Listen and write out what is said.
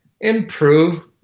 improve